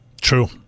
True